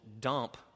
dump